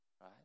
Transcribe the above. Right